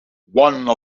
one